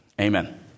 amen